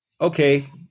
okay